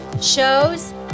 shows